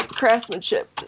craftsmanship